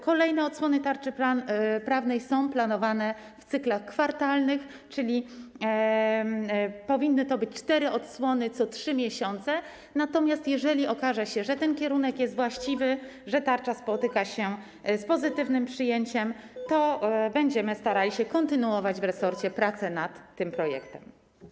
Kolejne odsłony tarczy prawnej są planowane w cyklach kwartalnych, czyli powinny to być cztery odsłony, co 3 miesiące, natomiast jeżeli okaże się, że ten kierunek jest właściwy, że tarcza spotyka się z pozytywnym przyjęciem, to będziemy starali się kontynuować w resorcie prace nad tym projektem.